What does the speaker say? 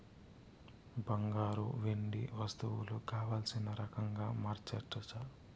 బంగారు, వెండి వస్తువులు కావల్సిన రకంగా మార్చచ్చట